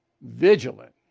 Vigilant